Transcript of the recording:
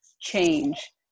change